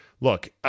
look